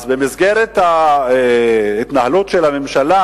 אז במסגרת ההתנהלות של הממשלה,